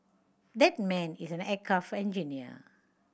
that man is an aircraft engineer